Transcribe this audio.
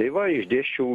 tai va išdėsčiau